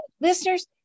listeners